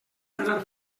anar